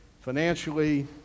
financially